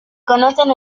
conocen